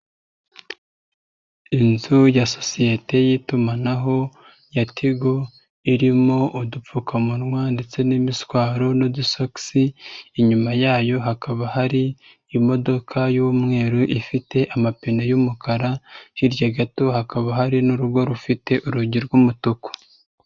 Inzu ya sosiyete y'itumanaho ya Tigo, irimo udupfukamunwa ndetse n'imishwaro n'udusogisi, inyuma yayo hakaba hari imodoka y'umweru, ifite amapine y'umukara, hirya gato hakaba hari n'urugo rufite urugi rw'umutuku.